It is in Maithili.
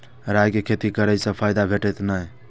राय के खेती करे स फायदा भेटत की नै?